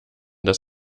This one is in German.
das